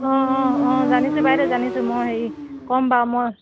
অঁ অঁ অঁ জানিছোঁ বাইদেউ জানিছোঁ মই হেৰি কম বাৰু মই